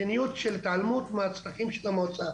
כלומר, מדיניות של התעלמות מצרכי המועצה.